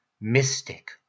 mystic